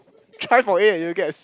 try for A and you'll get a C